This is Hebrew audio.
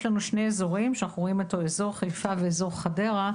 יש לנו שני אזורים שאנחנו רואים: אזור חיפה ואזור חדרה,